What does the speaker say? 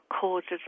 causes